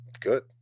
Good